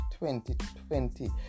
2020